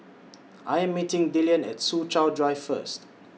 I Am meeting Dillion At Soo Chow Drive First